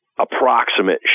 approximate